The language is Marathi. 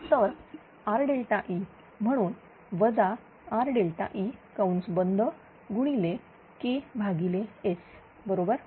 तर RE म्हणून वजा REकंस बंद गुणिलेKS बरोबर